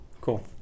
Cool